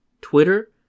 Twitter